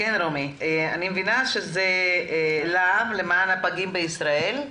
אני מבינה שאת נציגת להב, למען הפגים בישראל.